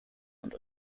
und